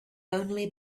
only